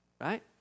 right